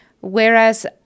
Whereas